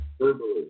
Verbally